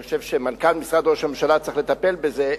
אני חושב שמנכ"ל משרד ראש הממשלה צריך לטפל בזה,